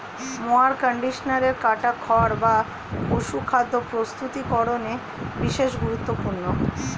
mower কন্ডিশনারে কাটা খড় বা পশুখাদ্য প্রস্তুতিকরনে বিশেষ গুরুত্বপূর্ণ